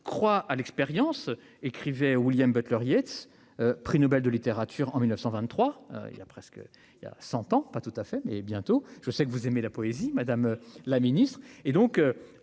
croit à l'expérience, écrivait William Butler Yeats, prix Nobel de littérature en 1923 il a presque il y a 100 ans, pas tout à fait mais, bientôt, je sais que vous aimez la poésie, Madame la Ministre,